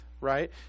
Right